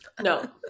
no